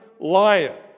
lion